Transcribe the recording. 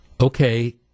Okay